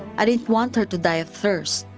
i didn't want her to die of thirst.